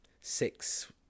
Six